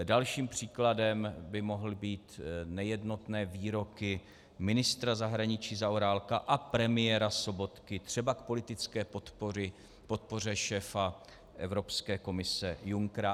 Dalším příkladem by mohly být nejednotné výroky ministra zahraničí Zaorálka a premiéra Sobotky třeba k politické podpoře šéfa Evropské komise Junckera.